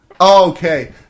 okay